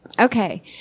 Okay